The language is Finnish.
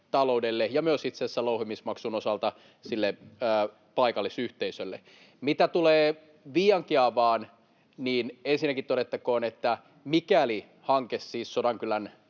taloudelle ja myös itse asiassa louhimismaksun osalta sille paikallisyhteisölle. Mitä tulee Viiankiaapaan, niin ensinnäkin todettakoon, että mikäli hanke siis Sodankylän